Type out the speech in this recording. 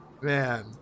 Man